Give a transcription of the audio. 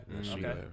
Okay